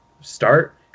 start